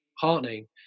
heartening